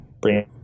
bring